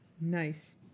Nice